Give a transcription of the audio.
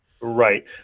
Right